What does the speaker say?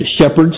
shepherds